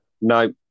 No